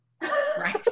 Right